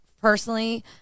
personally